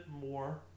more